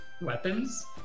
weapons